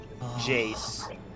Jace